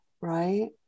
right